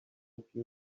few